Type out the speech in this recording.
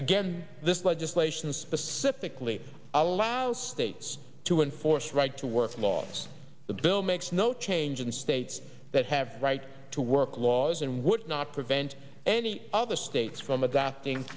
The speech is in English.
again this legislation specifically allows states to enforce right to work laws the bill makes no change in states that have right to work laws and would not prevent any of the states from adopting